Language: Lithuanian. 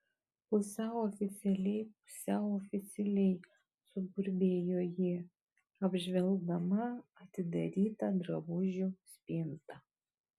pusiau oficialiai pusiau oficialiai suburbėjo ji apžvelgdama atidarytą drabužių spintą